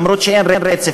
למרות שאין רצף,